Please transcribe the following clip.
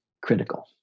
critical